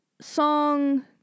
song